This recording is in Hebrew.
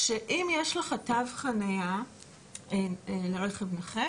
שאם יש לך תו חניה לרכב נכה